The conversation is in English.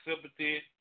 sympathy